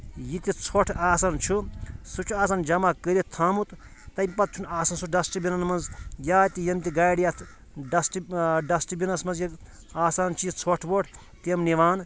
یہِ تہِ ژھۄٹھ آسن چھُ سُہ چھُ آسن جمع کٔرِتھ تھامُت تمہِ پتہٕ چھُنہٕ آسن سُہ ڈسٹبِنن منٛز یا تہِ یِم تہِ گاڑِ یتھ ڈسٹ ڈسٹبِنس منٛز یتھ آسان چھِ یہِ ژھۄٹھ وۄٹھ تِم نِوان